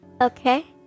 Okay